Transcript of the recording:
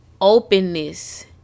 Openness